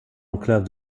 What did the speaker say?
enclave